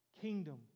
Kingdom